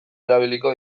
erabiliko